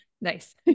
Nice